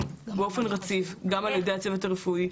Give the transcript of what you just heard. באופן רציף גם על ידי הצוות הרפואי,